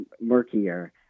murkier